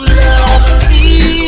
lovely